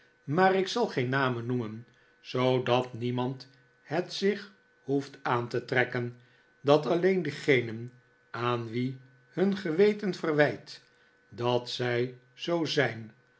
maar ik zal geen namen noemen zoodat niemand het zich hoeft aan te trekken dan alleen diegenen aan wie hun geweten verwijt dat zij zoo zijn